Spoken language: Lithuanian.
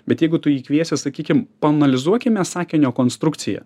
bet jeigu tu jį kviesi sakykim paanalizuokime sakinio konstrukciją